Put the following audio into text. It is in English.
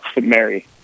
Mary